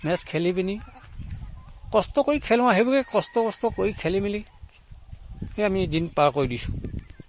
match খেলি পিনি কষ্ট কৰি খেলো আৰু সেই বুলি কষ্ট মষ্ট কৰি খেলি মেলি সেই আমি দিন পাৰ কৰি দিছো